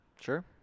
sure